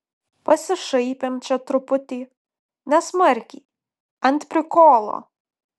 pasišaipėm čia truputį nesmarkiai ant prikolo